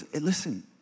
Listen